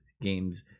games